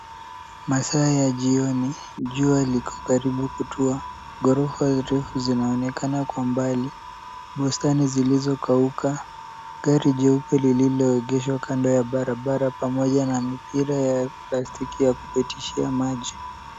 Masaa ya jioni jua liko karibu kutua. Ghorofa refu zinaonekana kwa mbali, bustani zilizokauka, gari jeupe lililoegeshwa kando ya barabara pamoja na mipira ya plastiki ya kupitishia maji.